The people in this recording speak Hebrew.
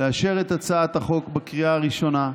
לאשר את הצעת החוק בקריאה הראשונה.